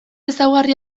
ezaugarri